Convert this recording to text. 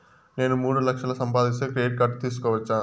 నేను మూడు లక్షలు సంపాదిస్తే క్రెడిట్ కార్డు తీసుకోవచ్చా?